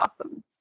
awesome